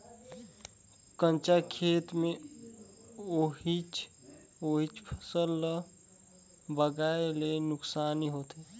कंचा खेत मे ओहिच ओहिच फसल ल लगाये ले नुकसानी होथे